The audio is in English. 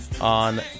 on